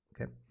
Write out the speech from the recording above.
okay